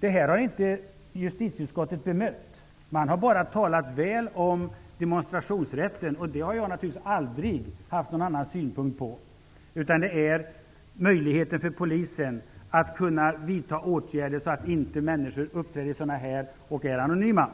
Det här har inte justitieutskottet bemött. Man har bara talat väl om demonstrationsrätten. I det fallet har jag naturligtvis aldrig haft någon annan synpunkt. Det gäller i stället möjligheten för polisen att vidta åtgärder så att människor inte uppträder i rånarhuvor och är anonyma.